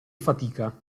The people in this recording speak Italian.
fatica